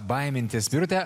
baimintis birute